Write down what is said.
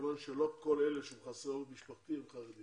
לא כל אלה שהם חסרי עורף משפחתי הם חרדים.